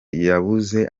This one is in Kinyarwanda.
yabuze